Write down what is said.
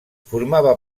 formava